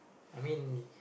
I mean